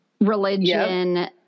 religion